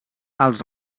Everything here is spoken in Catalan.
als